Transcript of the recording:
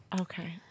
Okay